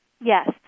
Yes